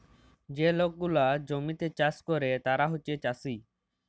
যে লক গুলা জমিতে চাষ ক্যরে তারা হছে চাষী